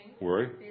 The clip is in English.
Worry